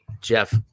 jeff